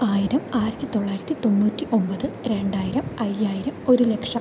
ആയിരം ആയിരത്തിത്തൊള്ളായിരത്തി തൊണ്ണൂറ്റി ഒമ്പത് രണ്ടായിരം അയ്യായിരം ഒരു ലക്ഷം